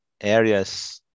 areas